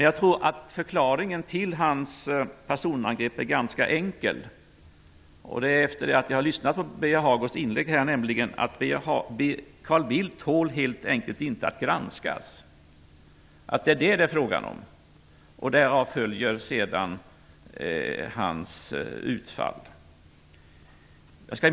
Jag tror att förklaringen till hans personangrepp är ganska enkel. Det har jag förstått efter att ha lyssnat på Birger Hagårds inlägg här. Carl Bildt tål helt enkelt inte att granskas. Det är detta det är frågan om. Därav följer sedan hans utfall. Fru talman!